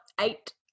eight